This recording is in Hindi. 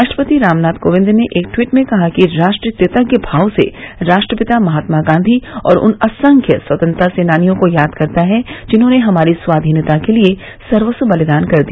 राष्ट्रपति रामनाथ कोविंद ने एक ट्वीट में कहा है कि राष्ट्र कृतज्ञ भाव से राष्ट्रपिता महात्मा गांधी और उन असंख्य स्वतंत्रता सेनानियों को याद करता है जिन्होंने हमारी स्वाधीनता के लिए सर्वस्व बलिदान कर दिया